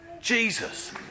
Jesus